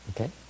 Okay